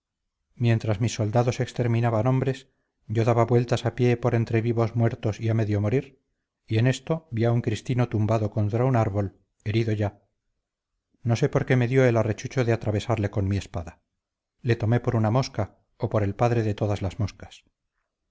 mientras mis soldados exterminaban hombres yo daba vueltas a pie por entre vivos muertos y a medio morir y en esto vi a un cristino tumbado contra un árbol herido ya no sé por qué me dio el arrechucho de atravesarle con mi espada le tomé por una mosca o por el padre de todas las moscas